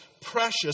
precious